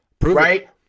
right